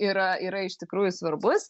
yra yra iš tikrųjų svarbus